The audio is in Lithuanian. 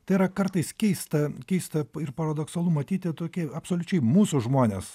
tai yra kartais keista keista ir paradoksalu matyti tokį absoliučiai mūsų žmones